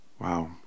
wow